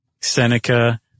Seneca